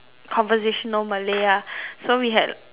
conversational malay ah so we had